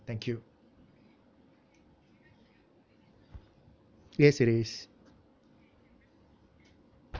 thank you yes it is